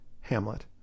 Hamlet